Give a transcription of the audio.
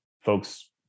folks